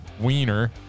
wiener